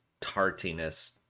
tartiness